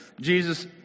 Jesus